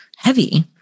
Heavy